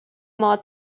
more